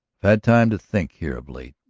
had time to think here of late,